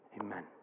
Amen